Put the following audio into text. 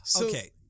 Okay